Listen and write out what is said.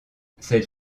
cette